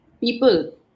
people